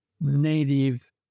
native